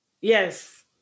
Yes